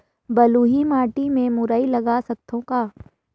बलुही माटी मे मुरई लगा सकथव का?